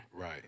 Right